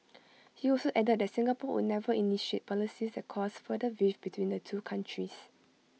he also added that Singapore would never initiate policies that cause further rift between the two countries